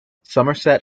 somerset